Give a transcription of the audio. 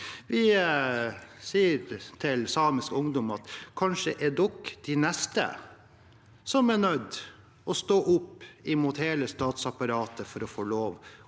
vi sier til samisk ungdom: Kanskje er dere de neste som er nødt til å stå opp mot hele statsapparatet for å få lov